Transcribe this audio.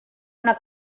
una